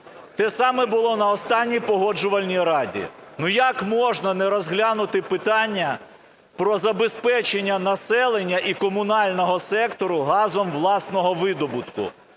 Те саме було на останній Погоджувальній раді. Ну, як можна не розглянути питання про забезпечення населення і комунального сектору газом власного видобутку?